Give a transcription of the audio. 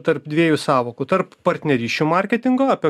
tarp dviejų sąvokų tarp partnerysčių marketingo apie